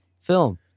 film